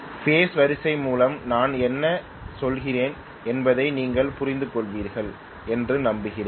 base வரிசை மூலம் நான் என்ன சொல்கிறேன் என்பதை நீங்கள் புரிந்துகொள்வீர்கள் என்று நம்புகிறேன்